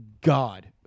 God